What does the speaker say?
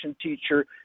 teacher